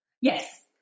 Yes